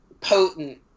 potent